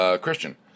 Christian